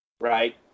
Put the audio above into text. right